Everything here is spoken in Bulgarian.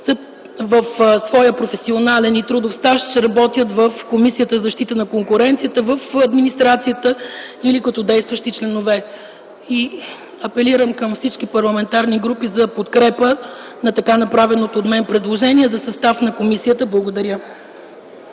в своя професионален и трудов стаж работят в Комисията за защита на конкуренцията - в администрацията или като действащи членове. Апелирам към всички парламентарни групи за подкрепа на така направеното от мен предложение за състав на Комисията за